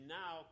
now